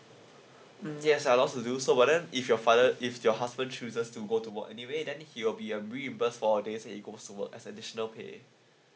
mm yes allow to do so but then if your father if your husband chooses to go to work anyway then he will be uh reimburse for a day that he goes work as additional pay